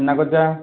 ଛେନାଗଜା